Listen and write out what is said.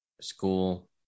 School